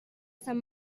sant